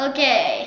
Okay